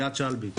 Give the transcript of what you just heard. איאד שלבי,